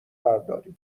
برداریم